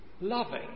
loving